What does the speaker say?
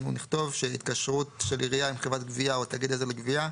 אנחנו נכתוב: "התקשרות של עירייה עם חברת גבייה או תאגיד עזר לגבייה